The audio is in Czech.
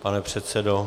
Pane předsedo.